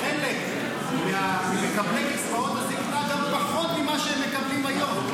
זה נותן לחלק ממקבלי קצבאות הזקנה גם פחות ממה שהם מקבלים היום.